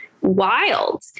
wild